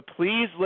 please